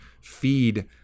feed